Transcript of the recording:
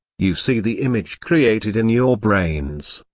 you see the image created in your brains.